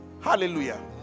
Hallelujah